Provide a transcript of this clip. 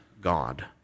God